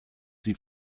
sie